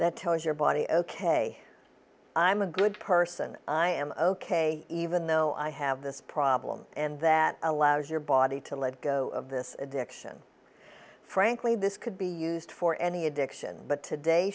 that tells your body ok i'm a good person i am ok even though i have this problem and that allows your body to let go of this addiction frankly this could be used for any addiction but today